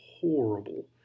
horrible